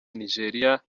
nigeria